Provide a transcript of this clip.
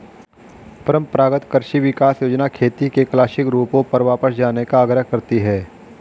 परम्परागत कृषि विकास योजना खेती के क्लासिक रूपों पर वापस जाने का आग्रह करती है